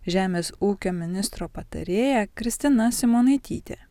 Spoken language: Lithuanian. žemės ūkio ministro patarėja kristina simonaitytė